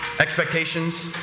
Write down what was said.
Expectations